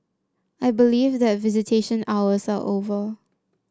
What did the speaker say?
I believe that visitation hours are over